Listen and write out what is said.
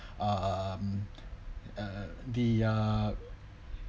um uh the uh